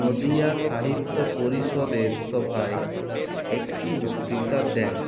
নদীয়া সাহিত্য পরিষদের সভায় একটি বক্তৃতা দেন